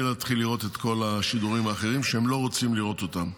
להתחיל לראות את כל השידורים האחרים שהם לא רוצים לראות אותם.